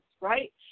right